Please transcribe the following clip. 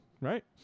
Right